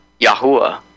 Yahuwah